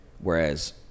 Whereas